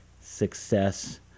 success